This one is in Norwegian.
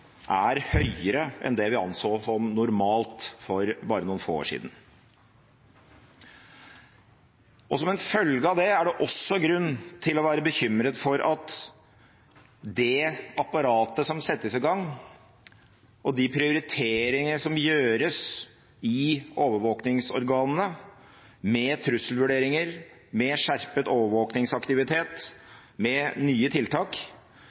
er høyere enn det vi anså som normalt for bare noen få år siden. Som følge av det er det også grunn til å være bekymret for at det apparatet som settes i gang, og de prioriteringer som gjøres i overvåkningsorganene, med trusselvurderinger, med skjerpet overvåkningsaktivitet, med nye tiltak,